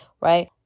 right